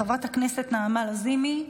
חברת הכנסת נעמה לזימי,